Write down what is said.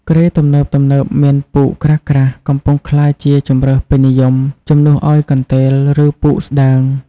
គ្រែទំនើបៗមានពូកក្រាស់ៗ កំពុងក្លាយជាជម្រើសពេញនិយម ជំនួសឱ្យកន្ទេល ឬពូកស្តើង។